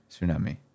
Tsunami